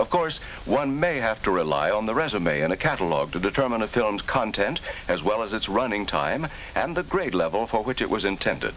of course one may have to rely on the resume and a catalogue to determine a film's content as well as its running time and the grade level for which it was intended